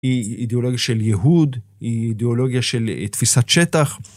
אידאולוגיה של יהוד, אידאולוגיה של תפיסת שטח.